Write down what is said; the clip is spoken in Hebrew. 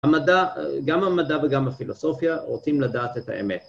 ‫גם המדע וגם הפילוסופיה ‫רוצים לדעת את האמת.